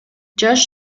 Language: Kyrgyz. жаш